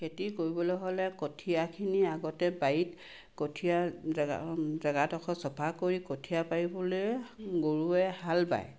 খেতি কৰিবলৈ হ'লে কঠীয়াখিনি আগতে বাৰীত কঠীয়া জেগা জেগাডোখৰ চফা কৰি কঠীয়া পাৰিবলৈ গৰুৱে হাল বায়